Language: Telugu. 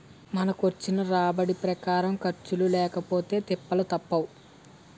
మనకొచ్చిన రాబడి ప్రకారం ఖర్చులు లేకపొతే తిప్పలు తప్పవు